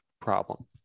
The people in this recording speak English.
problem